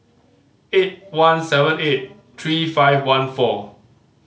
eight one seven eight three five one four